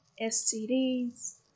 STDs